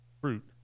fruit